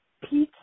pizza